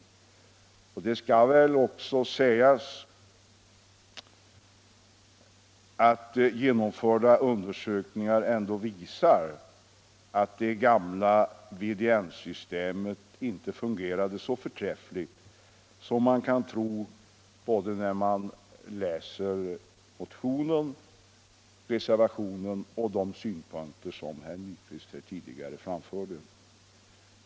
Organisation av det Det skall väl också sägas att genomförda undersökningar visar att det — nya konsumentvergamla VDN-systemet inte fungerade så förträffligt som man kan tro när — ket man läser motionen och reservationen och hör de synpunkter som herr Nyquist framförde här tidigare.